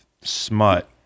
smut